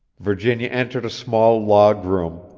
virginia entered a small log room,